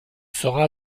sera